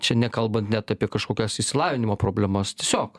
čia nekalbant net apie kažkokias išsilavinimo problemas tiesiog